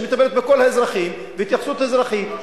שמטפלת בכל האזרחים בהתייחסות אזרחית,